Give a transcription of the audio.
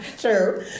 True